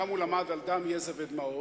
שם הוא למד על דם, יזע ודמעות,